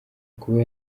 kuba